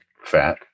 Fat